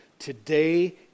Today